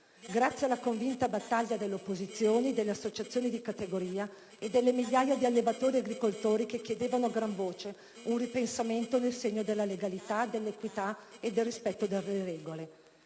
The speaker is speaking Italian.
grazie alla convinta battaglia delle opposizioni, delle associazioni di categoria e delle migliaia di allevatori e agricoltori che chiedevano a gran voce un ripensamento nel segno della legalità, dell'equità e del rispetto delle regole.